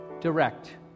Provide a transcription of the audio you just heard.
direct